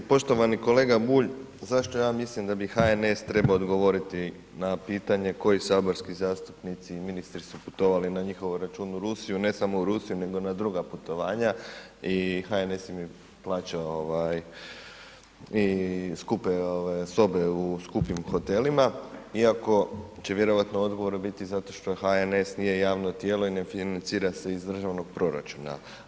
Poštovani kolega Bulj, zašto ja mislim da bi HNS trebao odgovoriti na pitanje koji saborski zastupnici i ministri su putovali na njihov račun u Rusiju, ne samo u Rusiju, nego i na druga putovanja i HNS im je plaćao i skupe sobe u skupim hotelima, iako će vjerojatno odgovor biti zašto što HNS nije javno tijelo i ne financira se iz državnog proračuna.